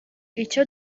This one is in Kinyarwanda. icyo